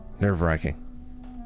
Nerve-wracking